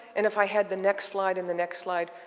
and if i had the next slide and the next slide,